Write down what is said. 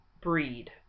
breed